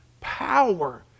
power